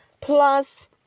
plus